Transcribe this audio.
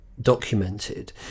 documented